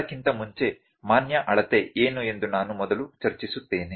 ಅದಕ್ಕಿಂತ ಮುಂಚೆ ಮಾನ್ಯ ಅಳತೆ ಏನು ಎಂದು ನಾನು ಮೊದಲು ಚರ್ಚಿಸುತ್ತೇನೆ